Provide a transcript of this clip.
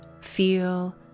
feel